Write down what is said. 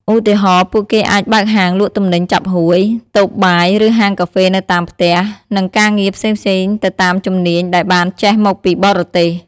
ឧទាហរណ៍ ពួកគេអាចបើកហាងលក់ទំនិញចាប់ហួយ តូបបាយ ឬហាងកាហ្វេនៅតាមផ្ទះ និងការងារផ្សេងៗទៅតាមជំនាញដែលបានចេះមកពីបរទេស។